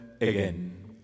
again